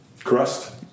Crust